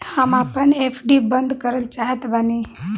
हम आपन एफ.डी बंद करल चाहत बानी